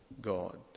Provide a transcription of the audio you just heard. God